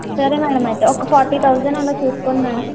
సరే మేడం అయితే ఒక ఫోర్టీ థౌజండ్ అలా చూసుకోండి మేడం